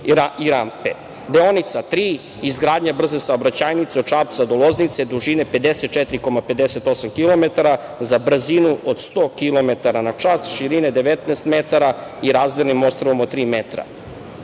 Deonica 3 – izgradnja brze saobraćajnice od Šapca do Loznice dužine 54,48 kilometara za brzinu od 100 kilometara na čas, širine 19 metara i razdelnim ostrvom od tri